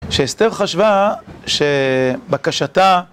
שאסתר חשבה שבקשתה